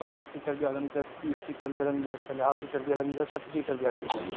पच्चीस सीटर बि हलंदी अथस तीस सीटर बि हलंदी अथस पंजाह सीटर बि हलंदी अथस सठि सीटर बि हलंदी अथस